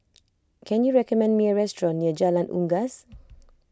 can you recommend me a restaurant near Jalan Unggas